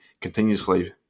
continuously